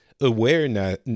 awareness